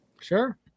Sure